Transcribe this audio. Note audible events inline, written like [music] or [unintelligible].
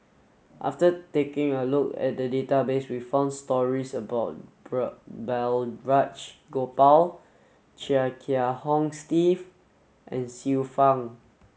after taking a look at the database we found stories about [unintelligible] Balraj Gopal Chia Kiah Hong Steve and Xiu Fang